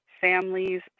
families